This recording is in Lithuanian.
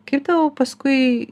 kaip tau paskui